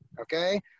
okay